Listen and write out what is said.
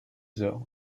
heures